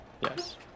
Yes